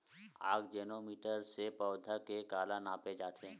आकजेनो मीटर से पौधा के काला नापे जाथे?